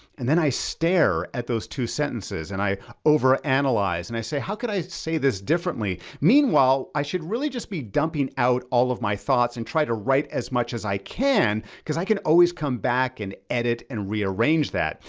and then i stare at those two sentences and i over analyze. and i say, how could i say this differently? meanwhile, i should really just be dumping out all of my thoughts and try to write as much as i can, cause i can always come back and edit, and rearrange that.